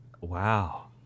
wow